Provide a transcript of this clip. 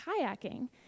kayaking